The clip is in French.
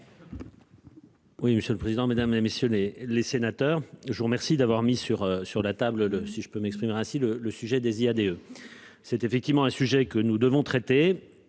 Oui, monsieur le président, Mesdames, et messieurs les les sénateurs je vous remercie d'avoir mis sur sur la table si je peux m'exprimer ainsi le le sujet des Iade. C'est effectivement un sujet que nous devons traiter.